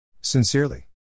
Sincerely